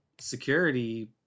security